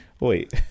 Wait